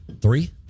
Three